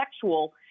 sexual